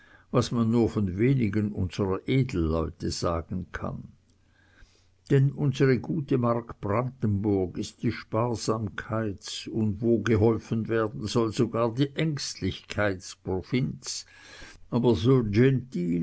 was man nur von wenigen unsrer edelleute sagen kann denn unsre gute mark brandenburg ist die sparsamkeits und wo geholfen werden soll sogar die ängstlichkeitsprovinz aber so